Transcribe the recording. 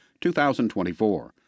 2024